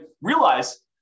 realize